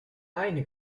eine